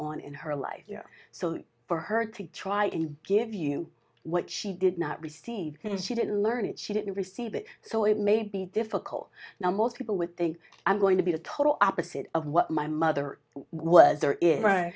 on in her life so for her to try and give you what she did not receive and she didn't learn it she didn't receive it so it may be difficult now most people with the i'm going to be the total opposite of what my mother was there is right